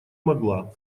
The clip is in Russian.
могла